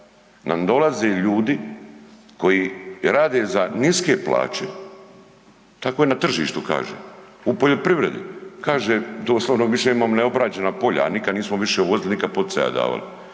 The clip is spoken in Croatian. nam dolaze ljudi koji rade za niske plaće, tako je na tržištu kaže, u poljoprivredi kaže doslovno više imamo neobrađena polja, a nikad nismo više uvozili, nikad poticaja davali,